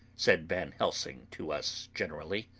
said van helsing to us generally.